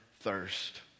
thirst